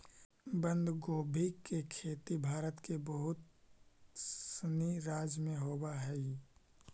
बंधगोभी के खेती भारत के बहुत सनी राज्य में होवऽ हइ